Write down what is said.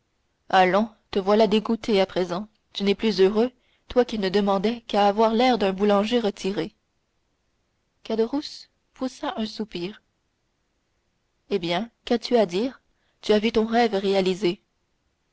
te voilà dégoûté à présent tu n'es plus heureux toi qui ne demandais qu'à avoir l'air d'un boulanger retiré caderousse poussa un soupir eh bien qu'as-tu à dire tu as vu ton rêve réalisé